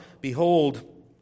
behold